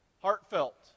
Heartfelt